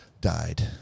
died